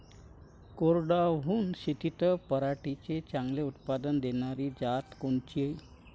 कोरडवाहू शेतीत पराटीचं चांगलं उत्पादन देनारी जात कोनची?